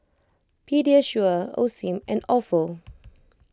Pediasure Osim and Ofo